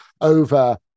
over